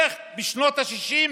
איך משנות השישים